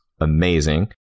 amazing